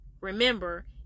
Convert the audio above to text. remember